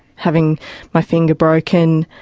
having my finger broken,